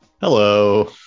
Hello